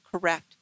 correct